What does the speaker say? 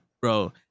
bro